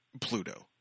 Pluto